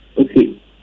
Okay